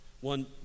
One